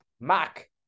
Mac